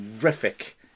terrific